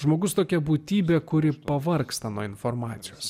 žmogus tokia būtybė kuri pavargsta nuo informacijos